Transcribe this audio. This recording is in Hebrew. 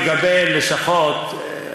לגבי לשכות,